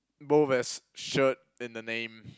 both has shirt in the name